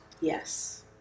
Yes